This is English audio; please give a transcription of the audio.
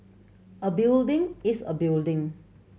a building is a building